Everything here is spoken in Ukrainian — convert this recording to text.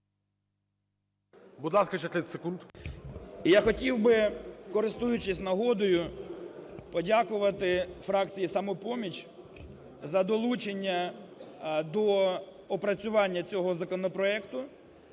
Я хотів би, користуючись нагодою, подякувати фракції "Самопоміч" за долучення до опрацювання цього законопроекту.